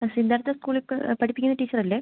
bus ഇല്ലാത്ത സ്കൂളിൽ പഠിപ്പിക്കുന്ന ടീച്ചറല്ലേ